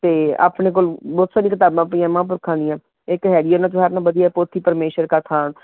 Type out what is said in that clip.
ਅਤੇ ਆਪਣੇ ਕੋਲ ਬਹੁਤ ਸਾਰੀਆਂ ਕਿਤਾਬਾਂ ਪਈਆਂ ਮਹਾਂਪੁਰਖਾਂ ਦੀਆਂ ਇੱਕ ਹੈਗੀ ਹੈ ਉਨ੍ਹਾਂ 'ਚੋਂ ਸਾਰਿਆਂ ਨਾਲੋਂ ਵਧੀਆ ਪੋਥੀ ਪਰਮੇਸ਼ਰ ਕਾ ਥਾਨ